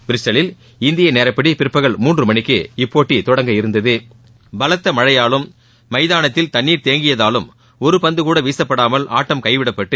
பிரிஸ்டலில் இந்திய நேரப்படி பிற்பகல் மூன்று மணிக்கு இப்போட்டி தொடங்க இருந்தது பலத்த மழையால் மைதானத்தில் தண்ணீர் தேங்கியதால் ஒரு பந்துகூட வீசப்படாமல் ஆட்டம் கைவிடப்பட்டு